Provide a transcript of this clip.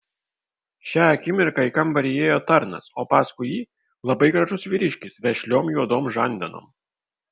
šią akimirką į kambarį įėjo tarnas o paskui jį labai gražus vyriškis vešliom juodom žandenom